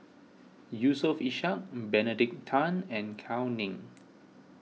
Yusof Ishak Benedict Tan and Gao Ning